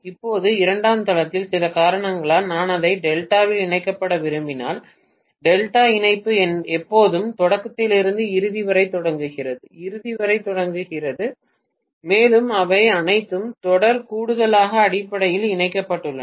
இப்போது இரண்டாம் தளத்தில் சில காரணங்களால் நான் அதை டெல்டாவில் இணைக்க விரும்பினால் டெல்டா இணைப்பு எப்போதும் தொடக்கத்திலிருந்து இறுதி வரை தொடங்குகிறது இறுதி வரை தொடங்குகிறது மேலும் அவை அனைத்தும் தொடர் கூடுதலாக அடிப்படையில் இணைக்கப்பட்டுள்ளன